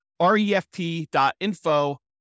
refp.info